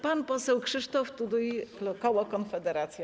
Pan poseł Krzysztof Tuduj, koło Konfederacja.